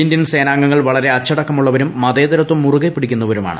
Indian സേനാംഗങ്ങൾ വളരെ അച്ചടക്കമുള്ളവരും മതേതരത്വം മുറുകെ പിടിക്കുന്നവരാണ്